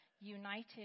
united